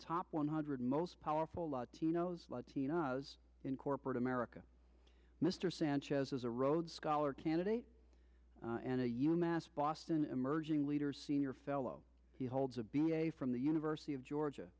top one hundred most powerful latino latinas in corporate america mr sanchez is a rhodes scholar candidate and a human mass boston emerging leaders senior fellow he holds a b a from the university of georgia